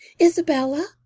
Isabella